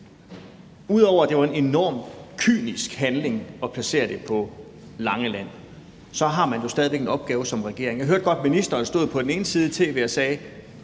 Ud over at det var en enormt kynisk handling at placere det på Langeland, har man jo stadig væk en opgave som regering. Jeg hørte godt, at ministeren stod i tv og på den ene side sagde: